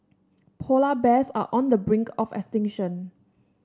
polar bears are on the brink of extinction